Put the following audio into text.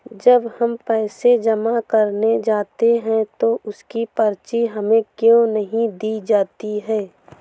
जब हम पैसे जमा करने जाते हैं तो उसकी पर्ची हमें क्यो नहीं दी जाती है?